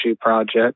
project